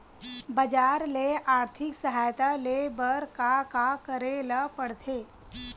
बजार ले आर्थिक सहायता ले बर का का करे ल पड़थे?